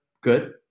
good